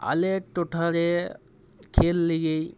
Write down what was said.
ᱟᱞᱮ ᱴᱚᱴᱷᱟᱨᱮ ᱠᱷᱮᱞ ᱞᱟᱹᱜᱤᱫ